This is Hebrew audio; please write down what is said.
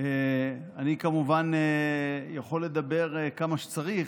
אני כמובן יכול לדבר כמה שצריך,